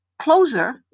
closer